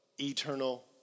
eternal